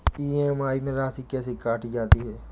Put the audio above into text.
EMI में राशि कैसे काटी जाती है?